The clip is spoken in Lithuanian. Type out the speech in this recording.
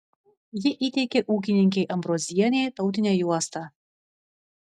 ji įteikė ūkininkei ambrozienei tautinę juostą